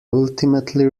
ultimately